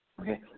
Okay